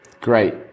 Great